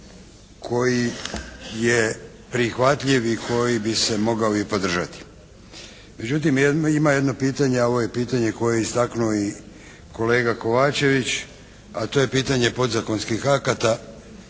koji je prihvatljiv i koji bi se mogao i podržati. Međutim ima jedno pitanje, a ovo je i pitanje koje je istaknuo kolega KOvačević, a to je pitanje podzakonskih akata